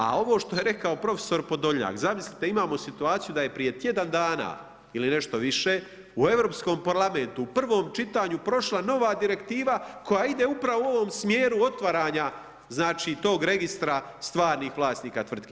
A ovo što je rekao profesor POdolnjak, zamislite imamo situaciju da je prije tjedan dana ili nešto više u Europskom parlamentu u prvom čitanju prošla nova direktiva koja ide upravo u ovom smjeru otvaranja tog registra stvarnih vlasnika tvrtki.